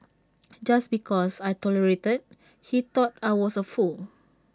just because I tolerated he thought I was A fool